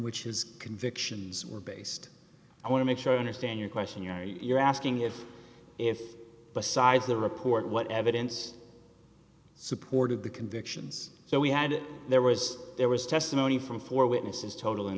which his convictions were based i want to make sure i understand your question you're asking is if besides the report what evidence supported the convictions so we had it there was there was testimony from four witnesses total in